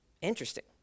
Interesting